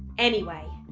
anyway,